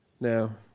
Now